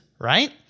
right